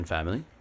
Family